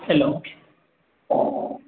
hello